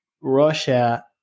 Russia